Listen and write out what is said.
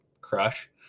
crush